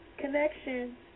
connection